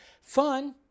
fun